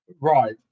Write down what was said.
Right